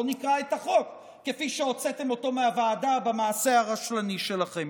בוא נקרא את החוק כפי שהוצאתם אותו מהוועדה במעשה הרשלני שלכם.